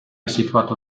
situato